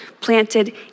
planted